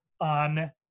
on